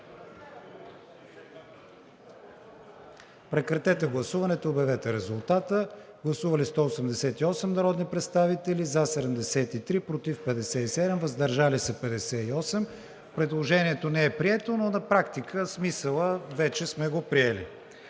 все пак да гласуваме това предложение. Гласували 188 народни представители: за 73, против 57, въздържали се 58. Предложението не е прието, но на практика смисъла вече сме го приели.